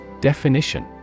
Definition